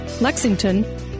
Lexington